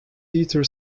theater